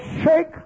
shake